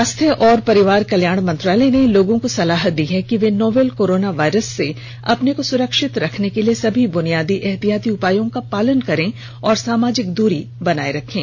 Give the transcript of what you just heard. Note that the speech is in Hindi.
स्वास्थ्य और परिवार कल्याण मंत्रालय ने लोगों को सलाह दी है कि वे नोवल कोरोना वायरस से अपने को सुरक्षित रखने के लिए सभी बुनियादी एहतियाती उपायों का पालन करें और सामाजिक दूरी बनाए रखें